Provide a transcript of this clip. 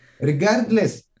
regardless